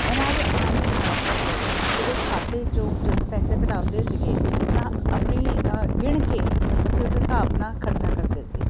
ਇਹਨਾਂ ਦੇ ਆਉਣ ਦੇ ਨਾਲ ਅਸੀਂ ਜਿਹੜੇ ਖਾਤੇ 'ਚੋਂ ਜਦੋਂ ਪੈਸੇ ਕਢਵਾਉਂਦੇ ਸੀਗੇ ਤਾਂ ਆਪਣੀ ਗਿਣ ਕੇ ਅਸੀਂ ਉਸ ਹਿਸਾਬ ਨਾਲ ਖਰਚਾ ਕਰਦੇ ਸੀ